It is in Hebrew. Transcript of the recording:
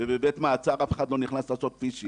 ובבית מעצר אף אחד לא נכנס לעשות פישינג.